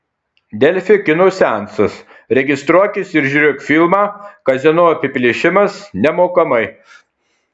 delfi kino seansas registruokis ir žiūrėk filmą kazino apiplėšimas nemokamai